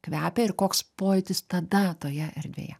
kvepia ir koks pojūtis tada toje erdvėje